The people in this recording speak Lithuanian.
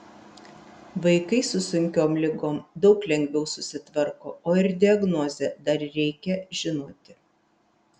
vaikai su sunkiom ligom daug lengviau susitvarko o ir diagnozę dar reikia žinoti